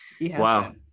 Wow